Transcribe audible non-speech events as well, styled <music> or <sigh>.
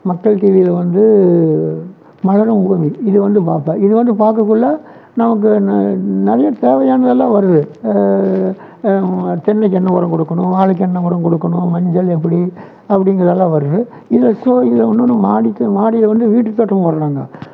மக்கள் டிவியில் வந்து மலரும் பூமி இது வந்து பார்ப்பேன் இது வந்து பார்க்கக்குள்ள நமக்கு நறை நிறையா தேவையானது எல்லாம் வருது தென்னைக்கு என்ன உரம் கொடுக்கணும் வாழைக்கு என்ன உரம் கொடுக்கணும் மஞ்சள் எப்படி அப்படிங்கிறதுலாம் வருது இதை ஸோ <unintelligible> நம்ம மாடிக்கு மாடியில் வந்து வீட்டு தோட்டம் போடுகிறாங்க